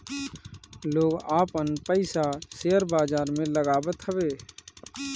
लोग आपन पईसा शेयर बाजार में लगावत हवे